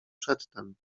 przedtem